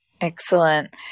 Excellent